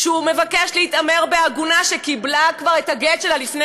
שהוא מבקש להתעמר בעגונה שכבר קיבלה את הגט שלה לפני